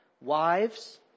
wives